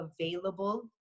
available